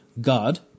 God